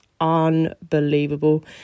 unbelievable